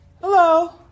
Hello